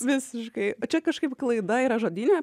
visiškai čia kažkaip klaida yra žodyne